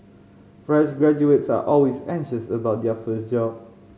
fresh graduates are always anxious about their first job